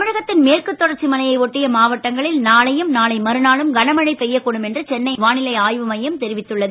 தமிழகத்தின் மேற்கு தொடர்ச்சி மலையை ஒட்டிய மாவட்டங்களில் நாளையும் நாளை மறுநாளும் கனமழை பெய்யக்கூடும் என்று சென்னை வானிலை ஆய்வுமையம் தெரிவித்துள்ளது